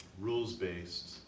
rules-based